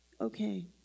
Okay